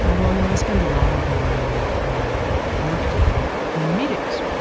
ah well, you know, i spend a lot of my workday in meetings,